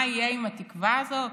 מה יהיה עם התקווה הזאת?